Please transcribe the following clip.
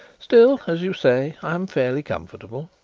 still, as you say, i am fairly comfortable.